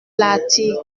l’article